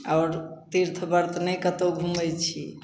आओर तीर्थ व्रत नहि कतहु घुमै छी